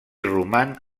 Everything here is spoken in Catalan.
roman